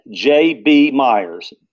@jbmyers